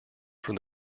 from